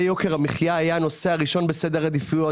יוקר המחיה היה הנושא הראשון בסדר העדיפויות.